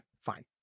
fine